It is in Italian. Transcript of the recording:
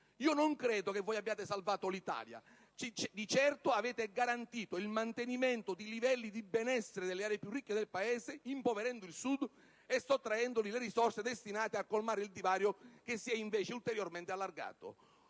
lo non credo che voi abbiate salvato l'Italia: di certo, avete garantito il mantenimento di livelli di benessere delle aree più ricche del Pese, impoverendo il Sud e sottraendogli le risorse destinate a colmare il divario che si è, invece, ulteriormente allargato.